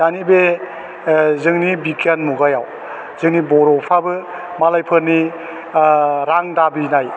दानि बे ओह जोंनि बिटिआर मुगायाव जोंनि बर'फ्राबो मालायफोरनि ओह रां दाबिनाय